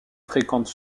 fréquente